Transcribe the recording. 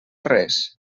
res